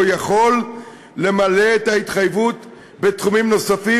יכול למלא את ההתחייבות בתחומים נוספים,